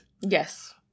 Yes